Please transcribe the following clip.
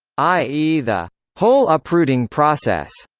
i e. the whole uprooting process.